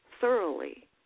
thoroughly